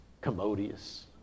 commodious